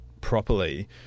properly